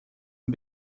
and